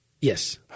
Yes